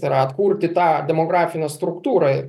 tai yra atkurti tą demografinę struktūrą ir